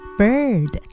bird